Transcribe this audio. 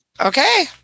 Okay